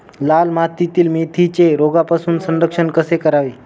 लाल मातीतील मेथीचे रोगापासून संरक्षण कसे करावे?